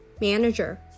Manager